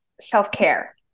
self-care